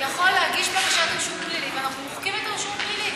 יכול להגיש בקשת רישום פלילי ואנחנו מוחקים את הרישום הפלילי.